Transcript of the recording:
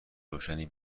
روشنی